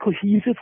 cohesive